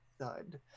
thud